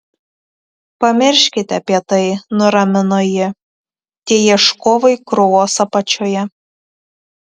pamirškite apie tai nuramino ji tie ieškovai krūvos apačioje